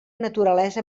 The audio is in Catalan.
naturalesa